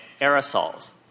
aerosols